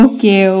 Okay